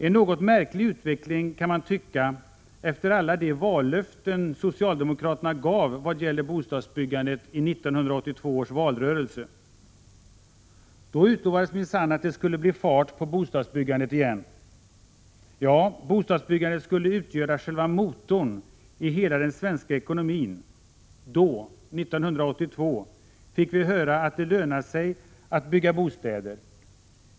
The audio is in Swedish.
En något märklig utveckling, kan man tycka, efter alla de vallöften socialdemokraterna i 1982 års valrörelse gav när det gällde bostadsbyggandet. Då utlovades minsann att det skulle bli fart på bostadsbyggandet igen. Ja, bostadsbyggandet skulle utgöra själva motorn i hela den svenska ekonomin. Då — 1982 - fick vi höra att det lönar sig att bygga bostäder.